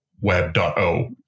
Web.O